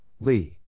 Lee